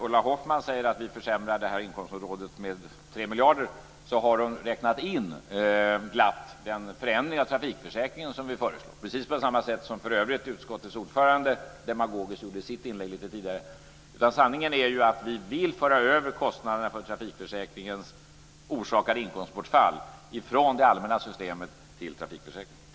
Ulla Hoffmann säger att vi försämrar inkomstområdet med 3 miljarder men då har hon glatt räknat in den förändring av trafikförsäkringen som vi föreslår - precis på samma sätt som utskottets ordförande för övrigt demagogiskt gjorde i sitt inlägg lite tidigare här. Sanningen är att vi vill föra över kostnaderna för trafikförsäkringens orsakade inkomstbortfall från det allmänna systemet till trafikförsäkringen.